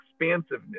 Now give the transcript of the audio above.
expansiveness